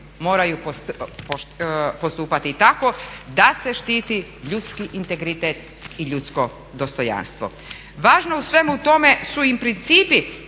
moraju postupati tako da se štiti ljudski integritet i ljudsko dostojanstvo. Važno u svemu tome su i principi